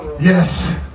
Yes